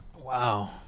Wow